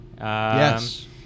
yes